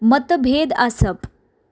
मतभेद आसप